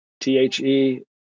t-h-e